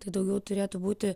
tai daugiau turėtų būti